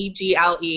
EGLE